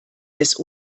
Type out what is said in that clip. des